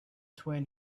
twin